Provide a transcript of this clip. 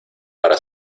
para